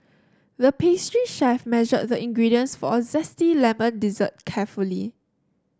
the pastry chef measured the ingredients for a zesty lemon dessert carefully